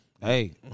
Hey